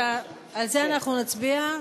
על זה אנחנו נצביע,